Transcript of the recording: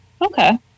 Okay